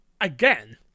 again